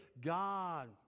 God